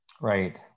Right